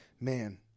man